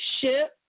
ship